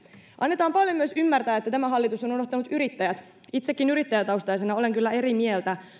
annetaan paljon myös ymmärtää että tämä hallitus on unohtanut yrittäjät itsekin yrittäjätaustaisena olen kyllä eri mieltä